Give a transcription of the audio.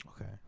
Okay